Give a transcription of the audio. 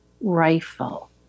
Rifle